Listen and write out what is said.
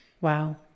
wow